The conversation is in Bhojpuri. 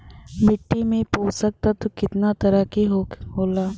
मिट्टी में पोषक तत्व कितना तरह के होला?